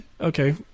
Okay